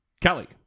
Kelly